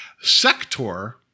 Sector